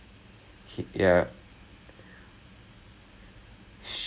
me inter years to mingle is it normal over there எனக்கு தெரியலையே:enakku theriyaliyae